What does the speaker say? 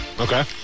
Okay